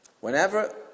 whenever